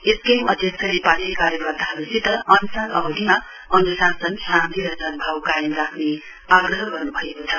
SKM अध्यक्षले party कार्यकर्ताहरुसित अनशन अवधिमा अनुशासन शान्ति र सदभाव कायम राख्ने आग्रह गर्नुभएको छ